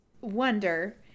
wonder